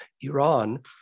Iran